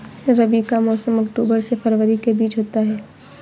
रबी का मौसम अक्टूबर से फरवरी के बीच होता है